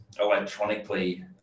electronically